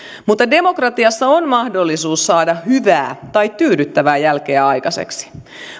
mutta demokratiassa on mahdollisuus saada hyvää tai tyydyttävää jälkeä aikaiseksi